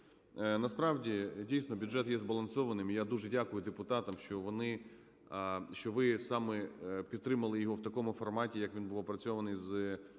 Насправді бюджет, дійсно, є збалансованим, і я дуже дякую депутатам, що ви саме підтримали в такому форматі, як він був опрацьований з